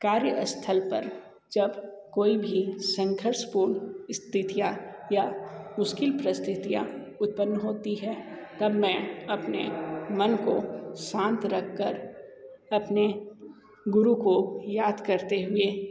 कार्यस्थल पर जब कोई भी संघर्षपूर्ण स्थितियाँ या मुश्किल परस्थितियाँ उत्पन्न होती है तब मैं अपने मन को शांत रख कर अपने गुरु को याद करते हुए